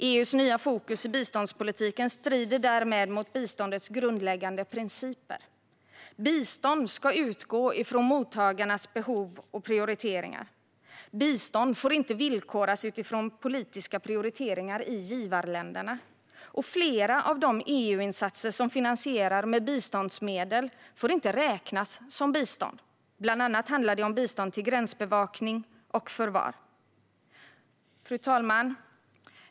EU:s nya fokus i biståndspolitiken strider därmed mot biståndets grundläggande principer. Bistånd ska utgå från mottagarens egna behov och prioriteringar och får inte villkoras utifrån politiska prioriteringar i givarländerna. Flera av de EU-insatser som finansieras med biståndsmedel får inte räknas som bistånd. Bland annat handlar det om bistånd till gränsbevakning och förvar. Fru talman!